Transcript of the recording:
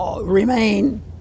remain